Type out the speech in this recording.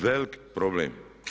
Velik problem.